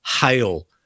hail